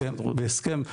בהסכם,